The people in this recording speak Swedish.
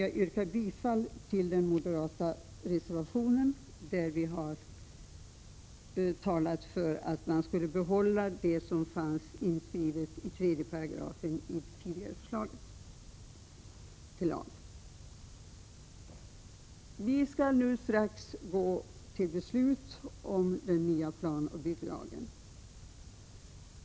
Jag yrkar bifall till den moderata reservationen i vilken vi har talat för att man skall behålla det som fanns inskrivet i 3 § i det tidigare lagförslaget. Vi skall om en stund fatta beslut om den nya planoch bygglagen.